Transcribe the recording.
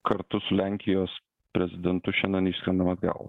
kartu su lenkijos prezidentu šiandien išskrendam atgal